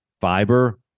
fiber